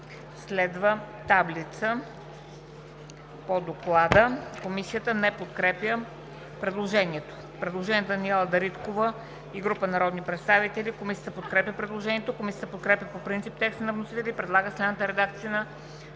следва таблица.“ Комисията не подкрепя предложението. Предложение на Даниела Дариткова и група народни представители. Комисията подкрепя предложението. Комисията подкрепя по принцип текста на вносителя и предлага следната редакция на